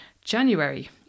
January